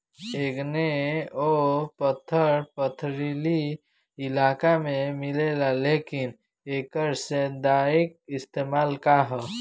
Igneous पत्थर पथरीली इलाका में मिलेला लेकिन एकर सैद्धांतिक इस्तेमाल का ह?